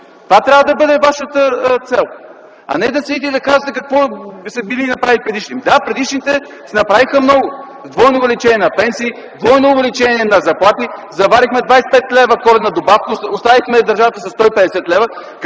Това трябва да бъде вашата цел, а не да следите и да казвате какво били направили предишните. Да, предишните направиха много – двойно увеличение на пенсиите, двойно увеличение на заплатите. Заварихме 25 лв. коледна добавка, оставихме държавата със 150 лв.